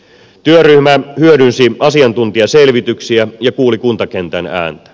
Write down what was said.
työryhmä hyödynsi asiantuntijaselvityksiä ja kuuli kuntakentän ääntä